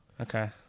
Okay